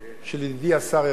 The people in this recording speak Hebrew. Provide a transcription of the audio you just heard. זאב" של ידידי השר ארדן,